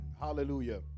Hallelujah